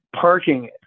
parking